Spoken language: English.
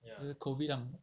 就是 COVID 让